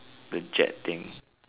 the jet thing